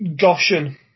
Goshen